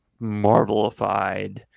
marvelified